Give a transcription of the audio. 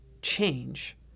change